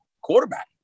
quarterback